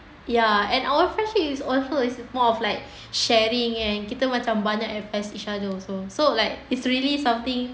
ya and our friendship is focus more of like sharing and kita macam banyak advice each other so so like it's really something